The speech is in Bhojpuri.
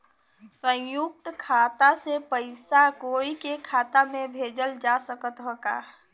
संयुक्त खाता से पयिसा कोई के खाता में भेजल जा सकत ह का?